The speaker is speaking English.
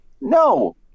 No